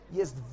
jest